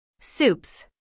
Soups